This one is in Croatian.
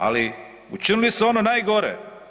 Ali učinili su ono najgore.